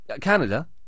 Canada